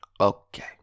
Okay